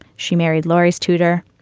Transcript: she married laurie's tutor.